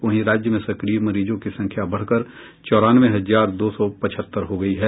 वहीं राज्य में सक्रिय मरीजों की संख्या बढ़ कर चौरानवे हजार दो सौ पचहत्तर हो गई है